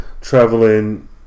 traveling